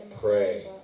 pray